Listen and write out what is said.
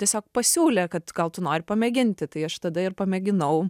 tiesiog pasiūlė kad gal tu nori pamėginti tai aš tada ir pamėginau